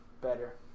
Better